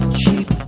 cheap